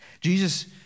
Jesus